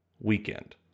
weekend